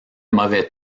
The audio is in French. mauvais